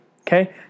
Okay